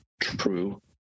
true